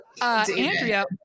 Andrea